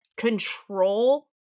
Control